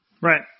Right